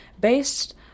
based